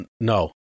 no